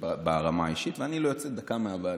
ברמה האישית ואני לא יוצא דקה מהוועדה.